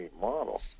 model